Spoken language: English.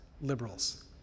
liberals